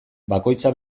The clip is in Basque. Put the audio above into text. bakoitza